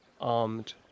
armed